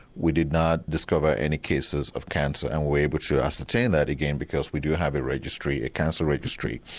we did not discover any cases of cancer and were able to ascertain that again because we do have a registry, a cancer registry.